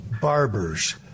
barbers